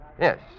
yes